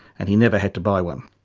and he never had to buy one.